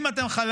אם אתה חלש,